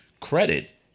credit